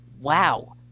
wow